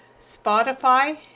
Spotify